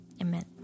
Amen